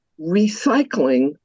recycling